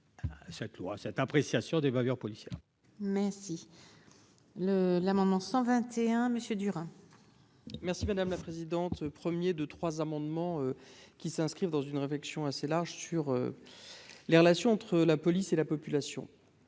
Cette loi, cette appréciation des bavures policières. Merci, si le l'amendement 121 messieurs dur. Merci madame la présidente, premier deux trois amendements qui s'inscrivent dans une réflexion assez large sur les relations entre la police et la population,